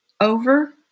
over